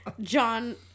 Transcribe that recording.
John